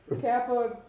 Kappa